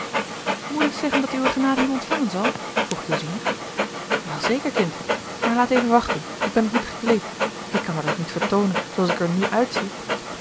moet ik zeggen dat uwe genade hem ontvangen zal vroeg josine wel zeker kind maar laat even wachten ik ben nog niet gekleed ik kan mij toch niet vertoonen zooàls ik er nu uitzie